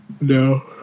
No